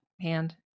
hand